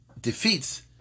defeats